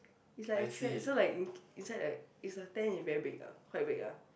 it's like a trend so like in inside like is the tent is very big ah quite big ah